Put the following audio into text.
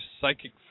psychic